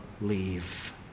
leave